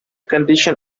condition